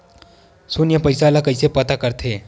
शून्य पईसा ला कइसे पता करथे?